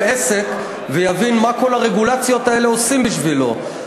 עסק ויבין מה כל הרגולציות האלה עושות לו,